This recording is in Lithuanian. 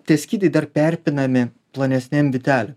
tie skydai dar perpinami plonesnėm vytelėm